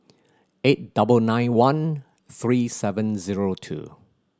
eight double nine one three seven zero two